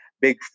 big